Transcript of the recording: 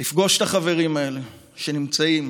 לפגוש את החברים האלה, שנמצאים